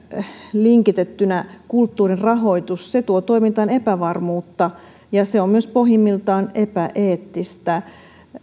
linkitetty kulttuurin rahoitus tuo toimintaan epävarmuutta ja se on myös pohjimmiltaan epäeettistä